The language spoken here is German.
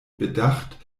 bedacht